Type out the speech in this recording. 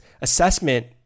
assessment